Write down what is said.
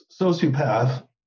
sociopath